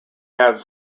have